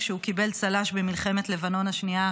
כשהוא קיבל צל"ש במלחמת לבנון השנייה,